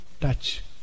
touch